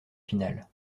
final